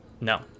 No